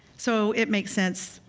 so it makes sense,